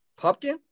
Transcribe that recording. Pumpkin